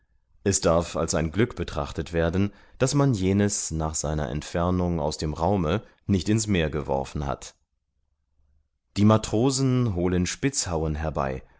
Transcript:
es darf als ein glück betrachtet werden daß man jenes nach seiner entfernung aus dem raume nicht in's meer geworfen hat die matrosen holen spitzhauen herbei